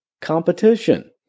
Competition